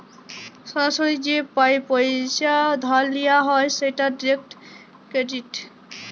সরাসরি যে পইসা ধার লিয়া হ্যয় সেট ডিরেক্ট ক্রেডিট